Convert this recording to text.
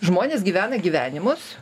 žmonės gyvena gyvenimus